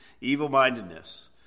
evil-mindedness